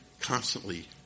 constantly